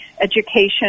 Education